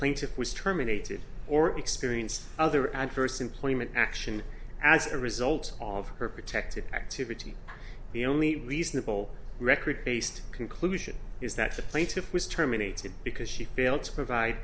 plaintiff was terminated or experienced other adverse employment action as a result of her protected activity the only reasonable record based conclusion is that the plaintiff was terminated because she failed to provide